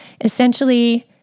Essentially